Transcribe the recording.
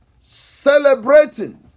celebrating